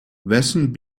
wessen